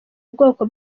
ubwoko